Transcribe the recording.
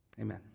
Amen